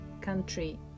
country